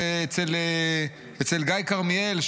אצל גיא כרמיאל,